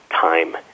time